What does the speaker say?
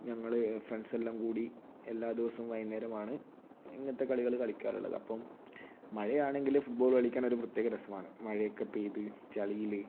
ഞങ്ങൾ ഫ്രണ്ട്സ് എല്ലാം കൂടി എല്ലാ ദിവസവും വൈകുന്നേരമാണ് ഇങ്ങനത്തെ കളികൾ കളിക്കാറുള്ളത് അപ്പം മഴയാണെങ്കിൽ ഫുട്ബോൾ കളിക്കാൻ ഒരു പ്രത്യേക രസമാണ് മഴയൊക്കെ പെയ്ത് ചളിയിൽ